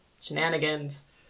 shenanigans